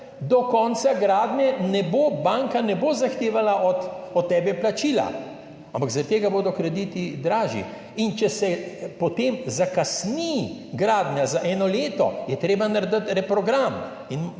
do konca gradnje banka ne bo zahtevala od tebe plačila, ampak zaradi tega bodo krediti dražji. In če se potem zakasni gradnja za eno leto, je treba narediti reprogram